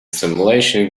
simulation